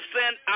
send